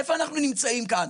איפה אנחנו נמצאים כאן?